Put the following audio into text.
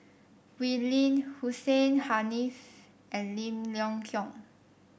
Wee Lin Hussein Haniff and Lim Leong Geok